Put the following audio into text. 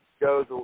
goes